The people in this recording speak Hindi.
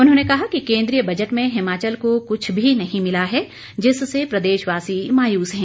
उन्होंने कहा कि केंद्रीय बजट में हिमाचल को कुछ भी नहीं मिला है जिससे प्रदेशवासी मायूस है